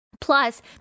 Plus